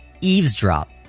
eavesdrop